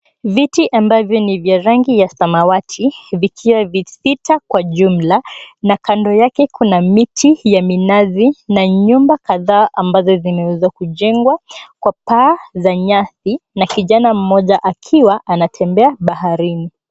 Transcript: Viti ambavyo ni vya rangi ya samawati vikiwa visita kwa jumla na kando yake kuna miti ya minazi na nyumba kadha ambazo zimeweza kujengwa kwa paa za nyasi na kijana mmoja akiwa anatembea baharini.